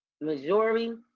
Missouri